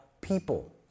people